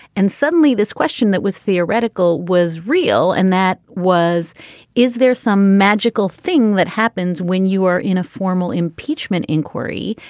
and suddenly this question that was theoretical was real and that was is there some magical thing that happens when you are in a formal impeachment inquiry.